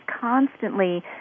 constantly